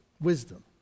wisdom